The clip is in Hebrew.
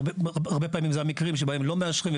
הרבה פעמים זה המקרים שבהם לא מאשרים,